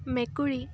মেকুৰী